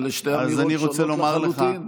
אלו שתי אמירות שונות לחלוטין.